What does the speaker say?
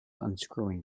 unscrewing